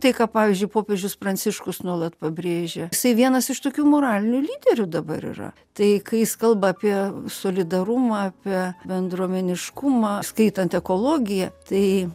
tai ką pavyzdžiui popiežius pranciškus nuolat pabrėžia tai vienas iš tokių moralinių lyderių dabar yra tai ką jis kalba apie solidarumą apie bendruomeniškumą įskaitant ekologiją tai